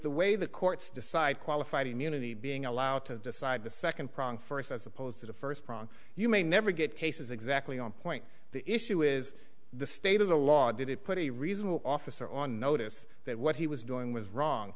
the way the courts decide qualified immunity being allowed to decide the second prong first as opposed to the first prong you may never get cases exactly on point the issue is the state of the law did it put a reasonable officer on notice that what he was doing was wrong